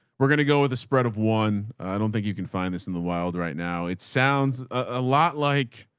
we're going to go with a spread of one. i think you can find this in the wild right now. it sounds a lot like